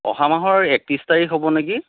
অহা মাহৰ একত্ৰিছ তাৰিখ হ'ব নেকি